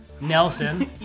Nelson